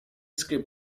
script